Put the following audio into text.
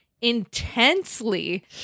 intensely